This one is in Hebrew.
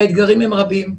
האתגרים רבים.